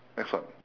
next one